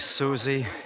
Susie